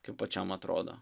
kaip pačiam atrodo